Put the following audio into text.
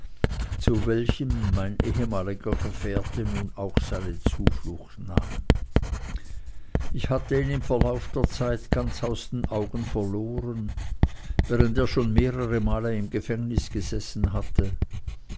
zu welchem mein ehemaliger gefährte nun auch seine zuflucht nahm ich hatte ihn im verlaufe der zeit ganz aus den augen verloren während er schon mehrere male im gefängnisse gesessen hatte